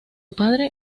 padre